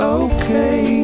okay